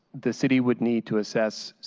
the city would need to assess